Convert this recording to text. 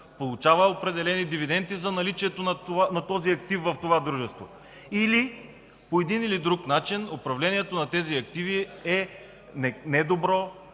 получава определени дивиденти за наличието на този актив или, по един или друг начин, управлението на тези активи е недобро,